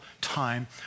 time